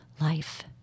life